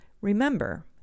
Remember